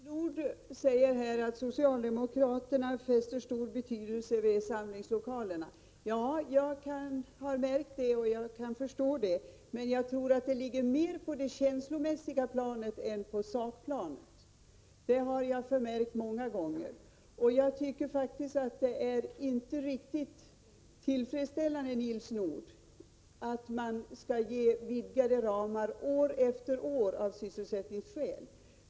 Herr talman! Nils Nordh säger att socialdemokraterna fäster stor vikt vid samlingslokalerna. Jag har märkt det, och jag kan förstå det. Men jag tror att det ligger mera på det känslomässiga planet än på sakplanet. Det har jag förmärkt många gånger. Jag tycker faktiskt inte det är riktigt tillfredsställande, Nils Nordh, att man ger vidgade ramar år efter år av sysselsättningsskäl.